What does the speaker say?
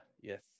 Yes